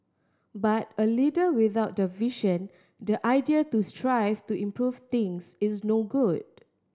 but a leader without the vision the idea to strive to improve things is no good